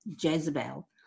Jezebel